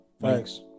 thanks